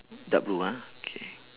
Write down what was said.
dark blue ah okay